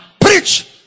preach